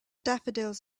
daffodils